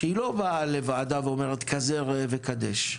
שהיא לא באה לוועדה ואומרת "כזה ראה וקדש".